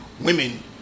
women